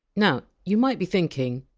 now, you might be thinking,